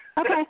Okay